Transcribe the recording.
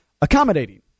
accommodating